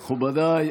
מכובדיי,